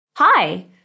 Hi